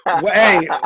Hey